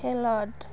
ᱠᱷᱮᱞᱳᱰ